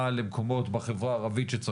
למועצה הארצית, עם כל הכבוד.